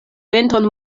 venton